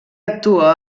actua